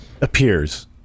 Appears